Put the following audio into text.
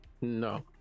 No